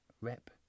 rep